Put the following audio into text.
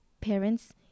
parents